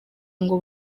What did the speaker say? ngo